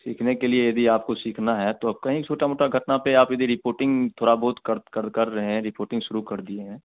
सीखने के लिए यदि आपको सीखना है तो आप कहीं छोटी मोटी घटना पर आप यदि रिपोर्टिंग थोड़ा बहुत कर कर कर रहे हैं रिपोर्टिंग शुरू कर दिए है